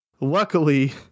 luckily